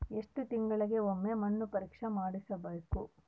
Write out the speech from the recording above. ಎಷ್ಟು ತಿಂಗಳಿಗೆ ಒಮ್ಮೆ ಮಣ್ಣು ಪರೇಕ್ಷೆ ಮಾಡಿಸಬೇಕು?